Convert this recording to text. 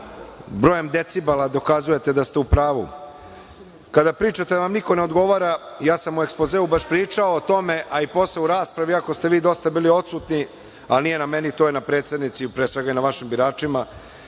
brojem decibela dokazujete da ste u pravu. Kada pričate, a niko ne odgovara ja sam u ekspozeu pričao o tome, a i posle u raspravi, iako ste vi dosta bili odsutni, ali nije na meni, to je na predsednici, pre svega na vašim biračima,